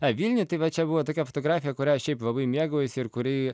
a vilniuj tai va čia buvo tokia fotografija kurią šiaip labai mėgaujuosi ir kuri